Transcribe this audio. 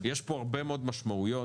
הייתה כתבה ענקית של גד ליאור.